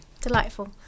Delightful